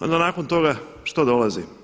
Onda nakon toga što dolazi?